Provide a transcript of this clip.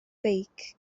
beic